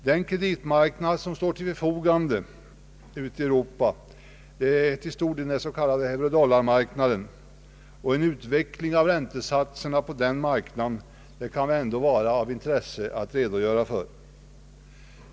Den kreditmarknad som står till förfogande ute i Europa är till stor del den så kallade eurodollarmarknaden. En utveckling av räntesatserna på den marknaden kan det väl ändå vara av intresse att redo göra för.